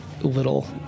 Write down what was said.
little